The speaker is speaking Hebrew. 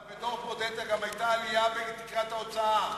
אבל בדוח-ברודט גם היתה עלייה בתקרת ההוצאה.